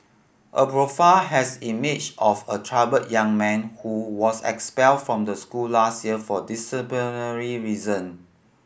a profile has emerged of a troubled young man who was expelled from the school last year for disciplinary reason